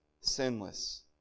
sinless